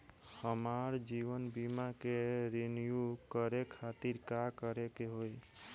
हमार जीवन बीमा के रिन्यू करे खातिर का करे के होई?